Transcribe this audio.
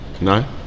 No